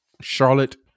Charlotte